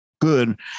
good